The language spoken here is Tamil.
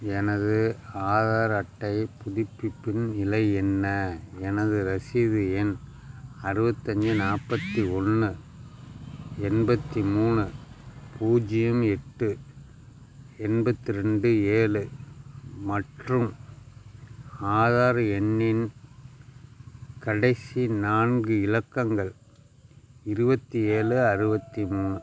எனது ஆதார் அட்டைப் புதுப்பிப்பின் நிலை என்ன எனது ரசீது எண் அறுபத்தஞ்சு நாற்பத்தி ஒன்று எண்பத்தி மூணு பூஜ்ஜியம் எட்டு எண்பத்தி ரெண்டு ஏழு மற்றும் ஆதார் எண்ணின் கடைசி நான்கு இலக்கங்கள் இருபத்தி ஏழு அறுபத்தி மூணு